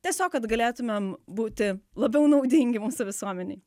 tiesiog kad galėtumėm būti labiau naudingi mūsų visuomenei